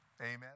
Amen